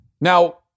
Now